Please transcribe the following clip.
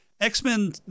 X-Men